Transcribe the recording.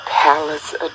palace